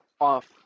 off